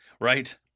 right